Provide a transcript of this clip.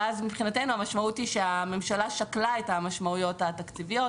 מבחינתנו המשמעות היא שהממשלה שקלה את המשמעויות התקציביות,